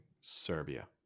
Serbia